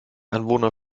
anwohner